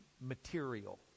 material